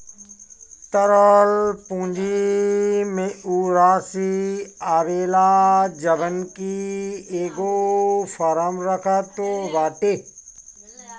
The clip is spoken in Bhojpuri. तरल पूंजी में उ राशी आवेला जवन की एगो फर्म रखत बाटे